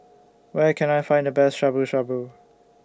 Where Can I Find The Best Shabu Shabu